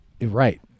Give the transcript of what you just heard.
right